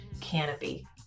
canopy